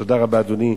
תודה רבה, אדוני.